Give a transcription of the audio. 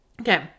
Okay